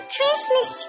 Christmas